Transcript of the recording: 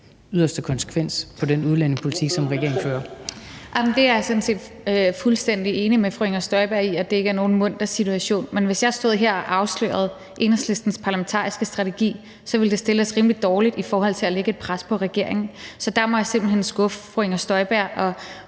det er jeg sådan set fuldstændig enig med fru Inger Støjberg i, nemlig at det ikke er nogen munter situation. Men hvis jeg stod her og afslørede Enhedslistens parlamentariske strategi, ville det stille os rimelig dårligt i forhold til at lægge et pres på regeringen. Så der må jeg simpelt hen skuffe fru Inger Støjberg og